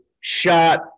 shot